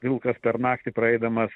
vilkas per naktį praeidamas